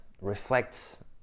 reflects